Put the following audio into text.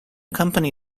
company